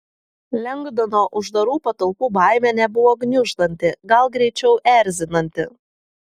lengdono uždarų patalpų baimė nebuvo gniuždanti gal greičiau erzinanti